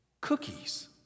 Cookies